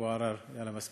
אבו עראר, יאללה מספיק.